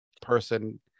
person